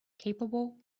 capable